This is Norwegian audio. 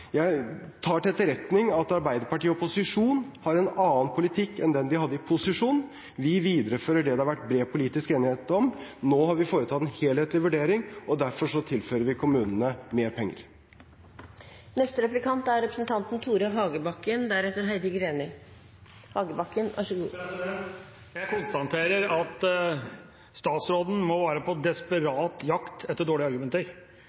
Jeg tar til etterretning at Arbeiderpartiet i opposisjon har en annen politikk enn den de hadde i posisjon. Vi viderefører det det har vært bred politisk enighet om. Nå har vi foretatt en helhetlig vurdering, og derfor tilfører vi kommunene mer penger. Jeg konstaterer at statsråden må være på desperat jakt etter dårlige argumenter.